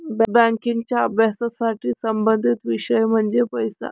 बँकिंगच्या अभ्यासाशी संबंधित विषय म्हणजे पैसा